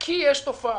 כי יש תופעה.